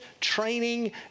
training